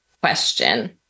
question